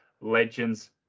legends